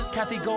Kathy